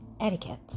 etiquette